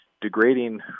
degrading